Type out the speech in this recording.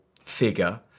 figure